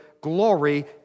glory